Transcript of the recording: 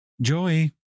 Joy